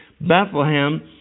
Bethlehem